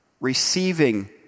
receiving